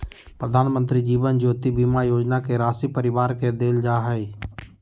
प्रधानमंत्री जीवन ज्योति बीमा योजना के राशी परिवार के देल जा हइ